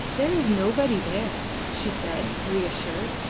there is nobody there, she said, reassured.